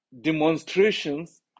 demonstrations